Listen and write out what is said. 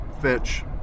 fetch